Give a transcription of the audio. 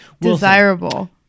desirable